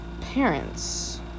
parents